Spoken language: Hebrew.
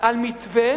על מתווה